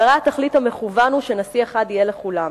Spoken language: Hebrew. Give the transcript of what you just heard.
והרי תכלית המכוון הוא שנשיא אחד יהיה לכולם,